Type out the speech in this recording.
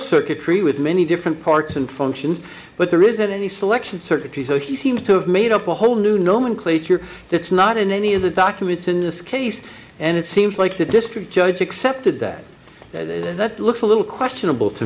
circuitry with many different parts and function but there isn't any selection circuitry so he seems to have made up a whole new nomenclature that's not in any of the documents in this case and it seems like the district judge accepted that that that looks a little questionable to